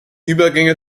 übergänge